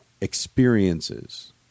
experiences